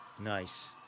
Nice